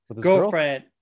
girlfriend